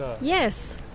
Yes